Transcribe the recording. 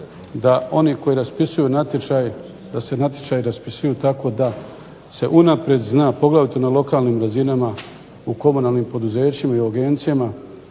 da oni koji raspisuju natječaj da se natječaj raspisuje tako da se unaprijed zna, poglavito na lokalnim razinama u komunalnim poduzećima i u agencijama